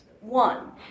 One